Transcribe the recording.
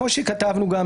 כמו שכתבנו גם,